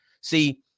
See